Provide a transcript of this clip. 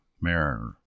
Mariner